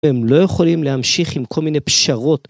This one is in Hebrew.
והם לא יכולים להמשיך עם כל מיני פשרות.